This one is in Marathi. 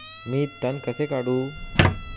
मी तण कसे काढू?